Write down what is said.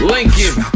Lincoln